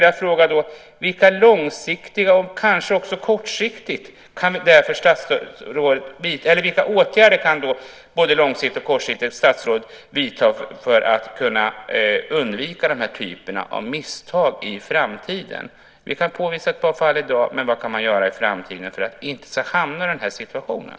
Jag vill fråga: Vilka åtgärder, långsiktiga och kortsiktiga, kan statsrådet vidta för att vi ska kunna undvika den här typen av misstag i framtiden? Vi kan påvisa ett bakslag i dag, men vad kan man göra i framtiden för att vi inte ska hamna i den här situationen?